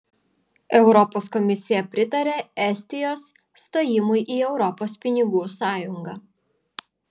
europos komisija pritaria estijos stojimui į europos pinigų sąjungą